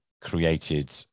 created